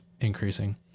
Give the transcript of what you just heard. increasing